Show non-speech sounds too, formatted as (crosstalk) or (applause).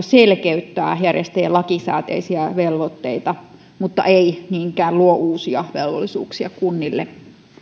(unintelligible) selkeyttää järjestäjien lakisääteisiä velvoitteita mutta ei niinkään luo uusia velvollisuuksia kunnille